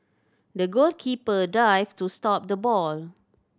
the goalkeeper dived to stop the ball